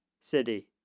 City